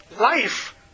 life